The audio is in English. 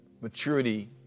maturity